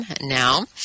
now